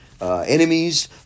enemies